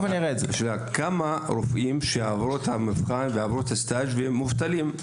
מהו מספר הרופאים שעברו את המבחן ואת הסטאז' והם מובטלים?